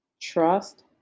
Trust